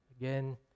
again